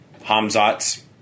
Hamzat's